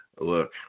look